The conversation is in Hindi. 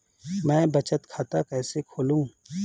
मैं बचत खाता कैसे खोलूँ?